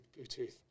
Bluetooth